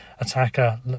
attacker